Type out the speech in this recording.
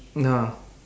ya